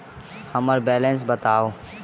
हम्मर बैलेंस बताऊ